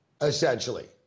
essentially